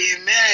amen